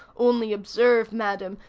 only observe, madam,